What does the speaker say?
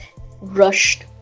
rushed